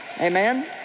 Amen